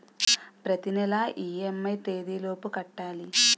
ప్రతినెల ఇ.ఎం.ఐ ఎ తేదీ లోపు కట్టాలి?